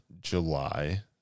july